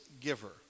giver